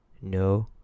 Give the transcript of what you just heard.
no